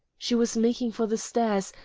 she was making for the stairs,